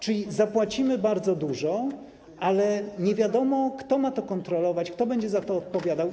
Czyli zapłacimy bardzo dużo, ale nie wiadomo, kto ma to kontrolować, kto będzie za to odpowiadał.